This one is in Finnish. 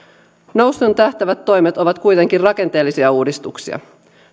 nousuun tähtäävät toimet ovat kuitenkin rakenteellisia uudistuksia